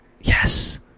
Yes